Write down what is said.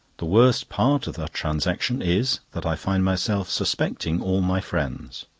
the worst part of the transaction is, that i find myself suspecting all my friends.